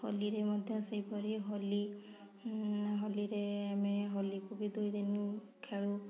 ହୋଲିରେ ମଧ୍ୟ ସେହିପରି ହୋଲି ହୋଲିରେ ଆମେ ହୋଲିକୁ ବି ଦୁଇଦିନ ଖେଳୁ